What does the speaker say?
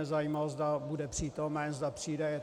Zajímalo by mě, zda bude přítomen, zda přijde.